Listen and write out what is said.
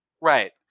Right